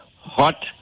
hot